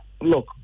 look